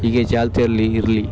ಹೀಗೆ ಚಾಲ್ತಿಯಲ್ಲಿ ಇರಲಿ